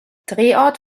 drehort